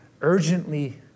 urgently